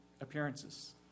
appearances